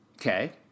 Okay